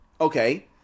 Okay